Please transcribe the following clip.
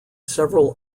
several